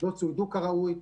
לא צוידו כראוי,